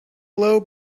low